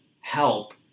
help